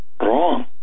wrong